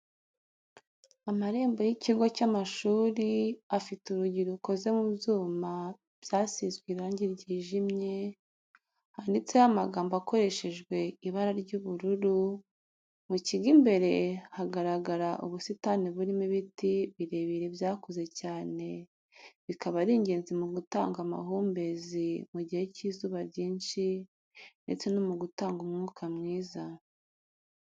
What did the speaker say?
Amarembo y'ikigo cy'amashuri afite urugi rukoze mu byuma byasizwe irangi ryijimye, handitseho amagambo akoreshejwe ibara ry'ubururu, mu kigo imbere hagaragara ubusitani burimo n'ibiti birebire byakuze cyane bikaba ari ingenzi mu gutanga amahumbezi mu gihe cy'izuba ryinshi ndetse no gutanga umwuka mwiza.